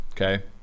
okay